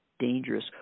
dangerous